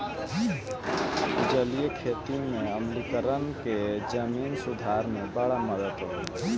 जलीय खेती में आम्लीकरण के जमीन सुधार में बड़ा मदद होला